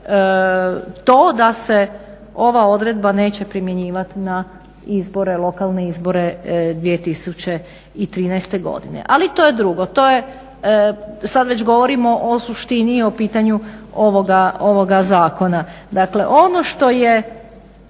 to da se ova odredba neće primjenjivati na lokalne izbore 2013. godine. Ali, to je drugo, to je sad već govorimo o suštini i o pitanju ovoga zakona. Dakle, ono što je